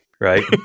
right